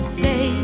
say